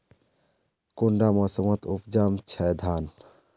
कुंडा मोसमोत उपजाम छै धान?